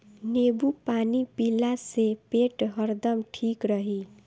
नेबू पानी पियला से पेट हरदम ठीक रही